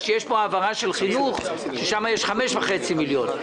בגלל שיש פה העברה של חינוך שבה יש 5.5 מיליון שקל.